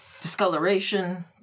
Discoloration